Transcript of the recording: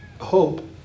hope